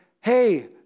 hey